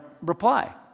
reply